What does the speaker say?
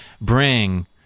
bring